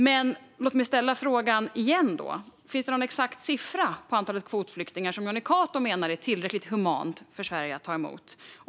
Men låt mig ställa frågan igen: Finns det någon exakt siffra för antalet kvotflyktingar som Jonny Cato menar är tillräckligt humant för Sverige att ta emot?